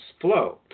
flow